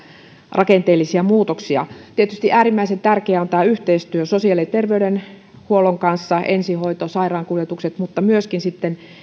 rakenteellisia muutoksia tietysti äärimmäisen tärkeää on tämä yhteistyö sosiaali ja terveydenhuollon kanssa ensihoito sairaankuljetukset mutta myöskin sitten